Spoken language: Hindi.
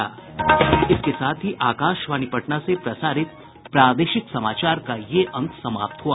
इसके साथ ही आकाशवाणी पटना से प्रसारित प्रादेशिक समाचार का ये अंक समाप्त हुआ